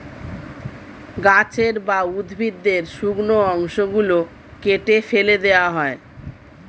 গাছের বা উদ্ভিদের শুকনো অংশ গুলো কেটে ফেটে দেওয়া হয়